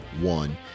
one